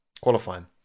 qualifying